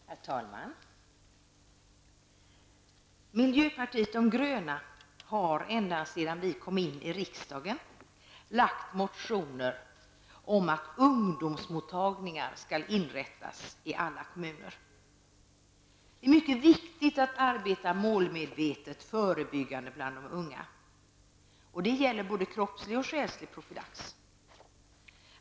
Herr talman! Miljöpartiet de gröna har ända sedan vi kom in i riksdagen haft motioner om att ungdomsmottagningar skall inrättas i alla kommuner. Det är mycket viktigt att arbeta målmedvetet förebyggande bland de unga. Det gäller både kroppslig och själslig profylax.